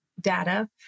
data